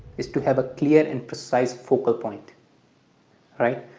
is to have a clear and precise focal point right,